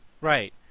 Right